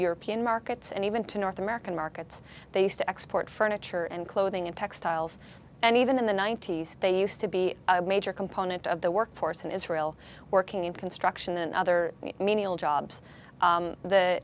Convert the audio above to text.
european markets and even to north american markets they used to export furniture and clothing in textiles and even in the ninety's they used to be a major component of the workforce in israel working in construction and other menial jobs